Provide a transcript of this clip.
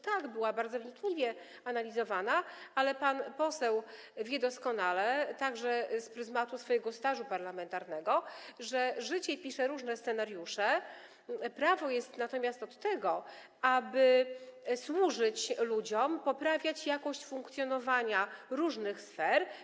Tak, była bardzo wnikliwie analizowana, ale pan poseł wie doskonale, także patrząc przez pryzmat swojego stażu parlamentarnego, że życie pisze różne scenariusze, natomiast prawo jest od tego, aby służyć ludziom, poprawiać jakość funkcjonowania różnych sfer.